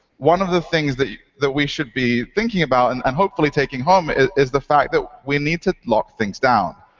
one of the things that we should be thinking about and and hopefully taking home is the fact that we need to lock things down.